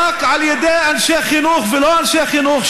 על ידי אנשי חינוך ולא רק אנשי חינוך,